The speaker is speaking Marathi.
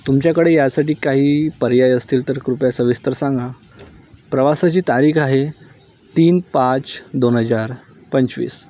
तुमच्याकडे यासाठी काही पर्याय असतील तर कृपया सविस्तर सांगा प्रवासाची तारीख आहे तीन पाच दोन हजार पंचवीस